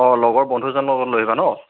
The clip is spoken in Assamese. অঁ লগৰ বন্ধুজনক লগত লৈ আহিবা ন